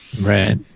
Right